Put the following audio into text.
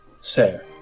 sir